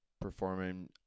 performing